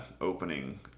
opening